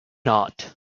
not